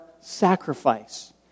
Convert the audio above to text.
sacrifice